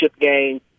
game